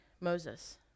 Moses